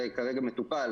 כרגע זה מטופל,